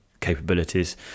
capabilities